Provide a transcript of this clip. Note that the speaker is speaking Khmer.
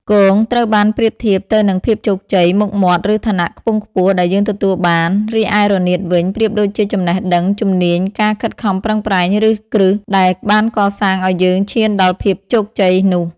គង ត្រូវបានប្រៀបធៀបទៅនឹងភាពជោគជ័យ មុខមាត់ ឬឋានៈខ្ពង់ខ្ពស់ដែលយើងទទួលបាន រីឯ រនាត វិញ ប្រៀបដូចជាចំណេះដឹង ជំនាញ ការខិតខំប្រឹងប្រែង ឬគ្រឹះដែលបានកសាងឱ្យយើងឈានដល់ភាពជោគជ័យនោះ។